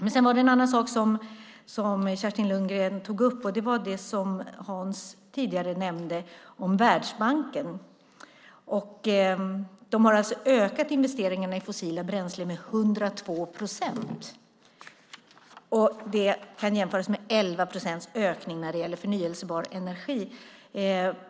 Det var en annan sak som Kerstin Lundgren tog upp. Det var det Hans Linde tidigare nämnde om Världsbanken. Den har ökat investeringarna i fossila bränslen med 102 procent. Det kan jämföras med 11 procents ökning när det gäller förnybar energi.